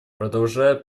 продолжают